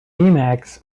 emacs